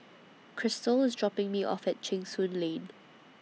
Krystle IS dropping Me off At Cheng Soon Lane